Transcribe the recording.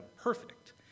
perfect